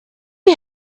you